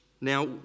Now